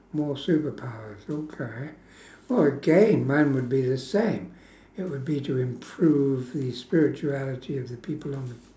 more superpowers okay oh again mine would be the same it would be to improve the spirituality of the people on the